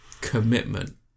Commitment